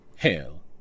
Hail